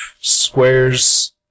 squares